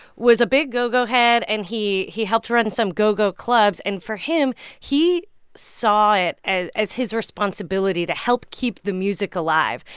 was a big go-go head, and he he helped run some go-go clubs. and for him, he saw it as as his responsibility to help keep the music alive.